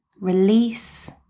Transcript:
Release